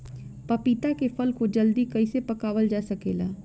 पपिता के फल को जल्दी कइसे पकावल जा सकेला?